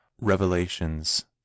Revelations